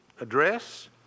Address